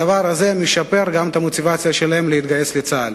הדבר משפר גם את המוטיבציה שלהם להתגייס לצה"ל.